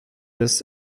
des